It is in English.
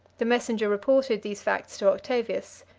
the messenger reported these facts to octavius.